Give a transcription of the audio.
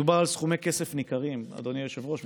מדובר על סכומי כסף ניכרים, אדוני היושב-ראש.